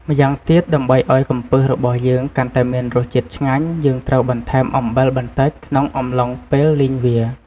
ម្យ៉ាងទៀតដើម្បីឱ្យកំពឹសរបស់យើងកាន់តែមានរសជាតិឆ្ងាញ់ យើងត្រូវបន្ថែមអំបិលបន្តិច ក្នុងអំឡុងពេលលីងវា។